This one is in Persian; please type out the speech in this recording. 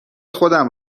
خودم